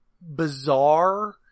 bizarre